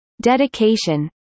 dedication